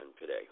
today